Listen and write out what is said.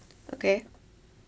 okay